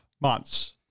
months